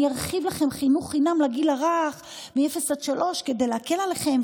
ואני ארחיב לכם חינוך חינם לגיל הרך מאפס עד שלוש כדי להקל עליכם.